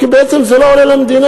כי בעצם זה לא עולה למדינה,